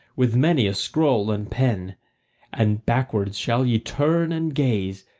with many a scroll and pen and backward shall ye turn and gaze,